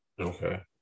Okay